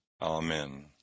Amen